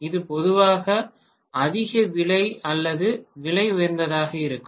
இது பொதுவாக அதிக விலை அல்லது விலை உயர்ந்ததாக இருக்கும்